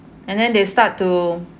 and then they start to